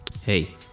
hey